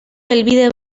helbide